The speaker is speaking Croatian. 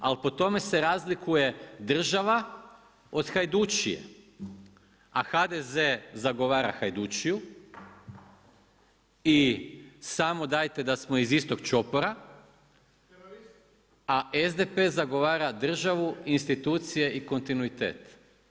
Ali po tome se razlikuje država od hajdučije a HDZ zagovara hajdučiju i samo dajte da smo iz istog čopora a SDP zagovara državu, institucije i kontinuitet.